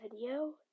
video